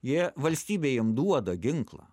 jie valstybė jiem duoda ginklą